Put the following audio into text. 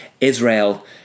Israel